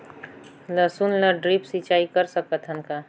लसुन ल ड्रिप सिंचाई कर सकत हन का?